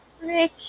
Rick